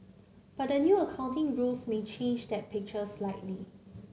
but new accounting rules may change that picture slightly